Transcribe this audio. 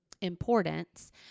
importance